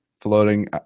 floating